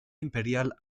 imperial